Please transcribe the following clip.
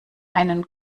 einen